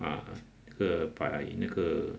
ah 那个白那个